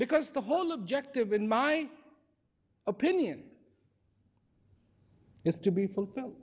because the whole objective in my opinion is to be fulfilled